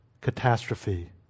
catastrophe